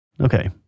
Okay